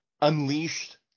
unleashed